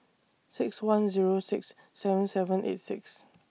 six one Zero six seven seven eight six